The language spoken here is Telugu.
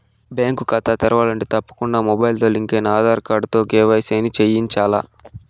బ్యేంకు కాతా తెరవాలంటే తప్పకుండా మొబయిల్తో లింకయిన ఆదార్ కార్డుతో కేవైసీని చేయించాల్ల